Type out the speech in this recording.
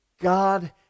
God